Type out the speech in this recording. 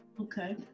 Okay